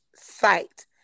site